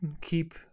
keep